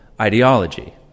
ideology